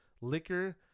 liquor